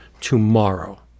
tomorrow